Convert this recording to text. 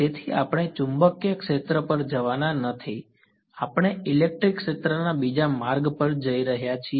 તેથી આપણે ચુંબકીય ક્ષેત્ર પર જવાના નથી આપણે ઇલેક્ટ્રિક ક્ષેત્રના બીજા માર્ગ પર જઈ રહ્યા છીએ